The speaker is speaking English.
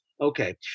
Okay